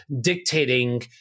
dictating